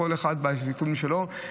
כל אחד והעיסוקים שלו.